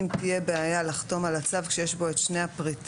אם תהיה בעיה לחתום על הצו כשיש בו את שני הפריטים